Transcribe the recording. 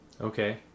okay